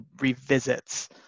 revisits